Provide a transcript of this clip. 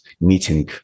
meeting